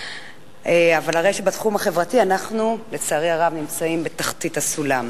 אבל הרי בתחום החברתי לצערי הרב אנחנו נמצאים בתחתית הסולם.